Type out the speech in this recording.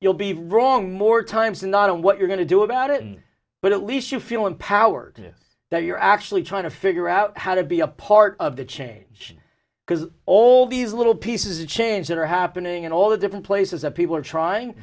you'll be wrong more times than not on what you're going to do about it but at least you feel empowered that you're actually trying to figure out how to be a part of the change because all these little pieces of change that are happening in all the different places that people are trying